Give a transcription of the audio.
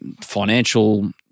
financial